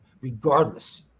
regardless